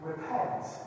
Repent